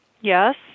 Yes